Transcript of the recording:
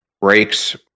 breaks